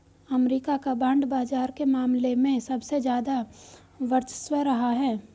अमरीका का बांड बाजार के मामले में सबसे ज्यादा वर्चस्व रहा है